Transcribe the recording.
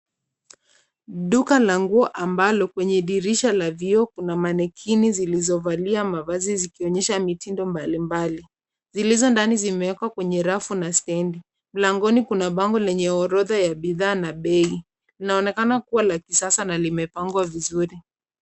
Duka la nguo ambalo kwenye dirisha la vioo kuna mannequins zilizovalia mavazi, zikionyesha mitindo mbalimbali. Zilizo ndani zimewekwa kwenye rafu na stendi. Mlangoni kuna bango lenye orodha ya bidhaa na bei. Linaonekana kuwa la kisasa na limepangwa vizuri.